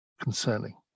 concerning